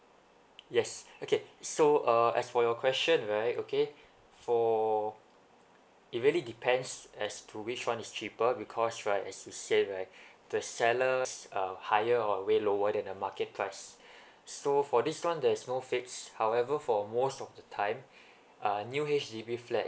yes okay so uh as for your question right okay for it really depends as to which one is cheaper because right as you said right the sellers uh higher or way lower than the market price so for this one there's no fixed however for most of the time uh new H_D_B flat